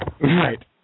Right